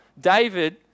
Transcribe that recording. david